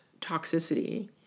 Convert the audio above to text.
toxicity